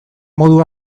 modu